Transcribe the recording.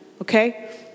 Okay